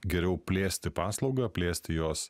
geriau plėsti paslaugą plėsti jos